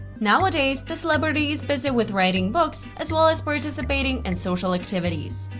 nowadays, the celebrity is busy with writing books as well as participating in social activities.